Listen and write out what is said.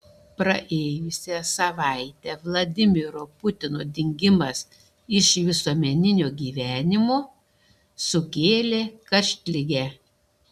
praėjusią savaitę vladimiro putino dingimas iš visuomeninio gyvenimo sukėlė karštligę